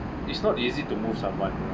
it's not easy to move someone